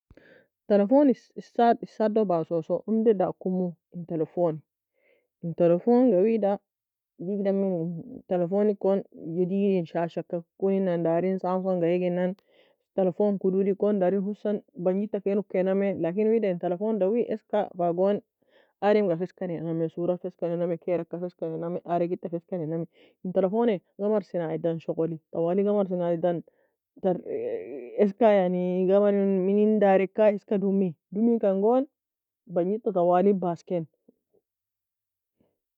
Telephone issadu passoso, undie dakomo, in telephone, in telephonga wida digidaemnie, telephone جديد in shashka koninan dari, samsong ga eignna, telephone kodo ekon darie hossan bagnita ken okinamie, لكن wida in telephone dawei, eska fagone ademga feseka nenamie, صورة fa eska nenamie, karaieka fa eska nenamie, arageita fa eska nenamie. In telephoni قمر صناعي dan shogoli, tawalig قمر صناعي dan ter eska yani gamrin minin dareika eska dumie, dumikan goon bagnita tawalig basskein.